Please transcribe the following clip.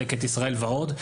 'לקט ישראל' ועוד,